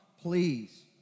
please